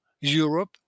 Europe